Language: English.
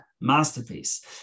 masterpiece